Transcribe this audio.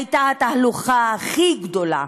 והייתה התהלוכה הכי גדולה.